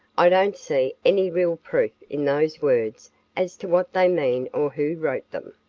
i don't see any real proof in those words as to what they mean or who wrote them.